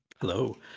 Hello